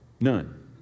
None